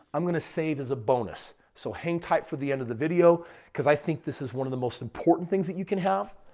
i'm going to say it as a bonus. so hang tight for the end of the video because i think this is one of the most important things that you can have.